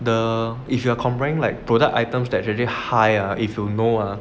the if you are combine like product items that already higher if you know ah